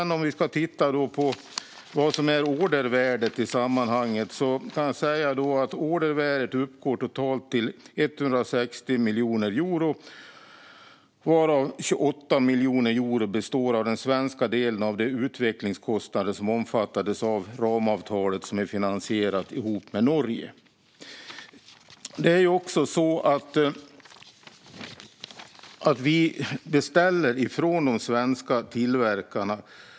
När det gäller ordervärdet uppgår det i sammanhanget till totalt 160 miljoner euro, varav 28 miljoner euro utgör den svenska delen av de utvecklingskostnader som omfattades av det ramavtal som är finansierat tillsammans med Norge. Vi beställer från de svenska tillverkarna.